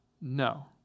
No